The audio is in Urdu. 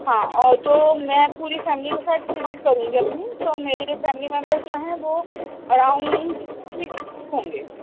ہاں اور جو میں پوری فیملی کے ساتھ وزٹ کروں گی اپنی تو میری فیملی ممبر ہیں جو وہ اراؤنڈ سکس ہوں گے